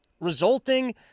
resulting